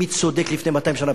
מי היה צודק לפני 200 שנה,